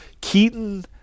Keaton